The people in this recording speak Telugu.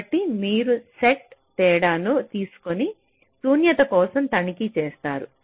కాబట్టి S మరియు S కు అనుగుణంగా ఉంటే సంబంధిత బూలియన్ ఫంక్షన్లను F మరియు F గా సూచిస్తారు